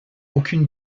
aucune